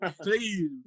Please